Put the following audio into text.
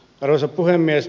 arvoisa puhemies